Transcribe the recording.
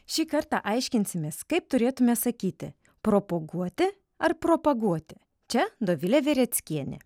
šį kartą aiškinsimės kaip turėtume sakyti propoguoti ar propaguoti čia dovilė vereckienė